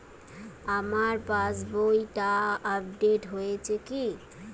আমার পাশবইটা আপডেট হয়েছে কি?